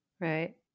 Right